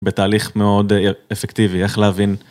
בתהליך מאוד אפקטיבי, איך להבין.